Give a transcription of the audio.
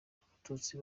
abatutsi